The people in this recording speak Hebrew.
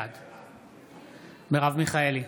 בעד מרב מיכאלי,